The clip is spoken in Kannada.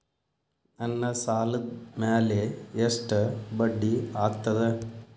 ನನ್ನ ಸಾಲದ್ ಮ್ಯಾಲೆ ಎಷ್ಟ ಬಡ್ಡಿ ಆಗ್ತದ?